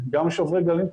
גם שוברי גלים,